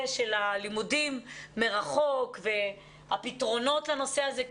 של הלימודים מרחוק והפתרונות לנושא הזה.